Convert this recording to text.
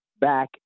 back